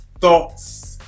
thoughts